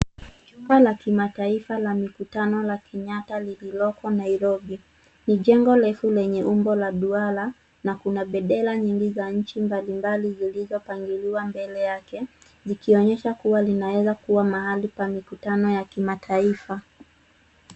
Jumba la kimataifa la mikutano ya Kenyatta lililoko Nairobi ni jengo refu lenye umbo la duara na kuna bendera nyingi za nchi mbalimbali zilizopangiliwa mbele yake, zikionyesha kuwa linaweza kuwa mahali pa mikutano ya kimataifa.